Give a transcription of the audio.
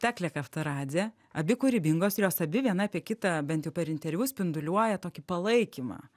teklė kavtaradzė abi kūrybingos ir jos abi viena apie kitą bent jau per interviu spinduliuoja tokį palaikymą